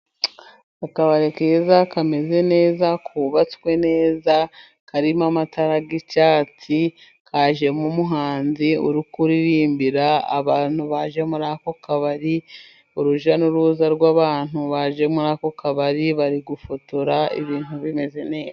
Akabari keza kameze neza, kubabatswe neza karimo amatara y'icyatsi, kajemo umuhanzi uri kuririmbira abantu baje muri ako kabari. Urujya n'uruza rw'abantu baje muri ako kabari bari gufotora ibintu bimeze neza.